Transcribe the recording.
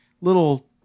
little